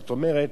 זאת אומרת,